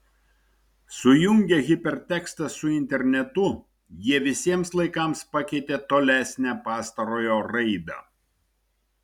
sujungę hipertekstą su internetu jie visiems laikams pakeitė tolesnę pastarojo raidą